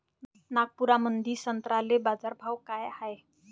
नागपुरामंदी संत्र्याले बाजारभाव काय हाय?